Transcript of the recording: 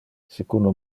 secundo